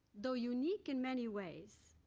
though unique in many ways,